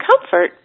Comfort